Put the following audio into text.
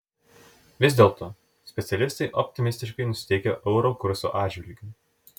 vis dėlto specialistai optimistiškai nusiteikę euro kurso atžvilgiu